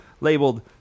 labeled